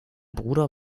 bruder